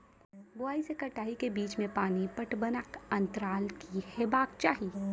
बुआई से कटाई के बीच मे पानि पटबनक अन्तराल की हेबाक चाही?